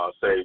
say